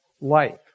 life